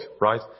right